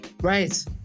right